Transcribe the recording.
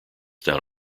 down